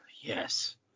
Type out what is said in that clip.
Yes